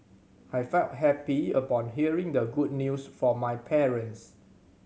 I felt happy upon hearing the good news from my parents